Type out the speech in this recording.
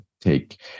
take